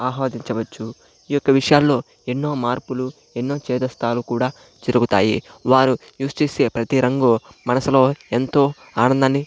ఆస్వాదించవచ్చు ఈ యొక్క విషయాల్లో ఎన్నో మార్పులు ఎన్నో చేదస్తాలు కూడా చిరుగుతాయి వారు యూజ్ చేసే ప్రతీ రంగు మనసులో ఎంతో ఆనందాన్ని